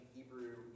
Hebrew